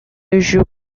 issue